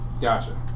Gotcha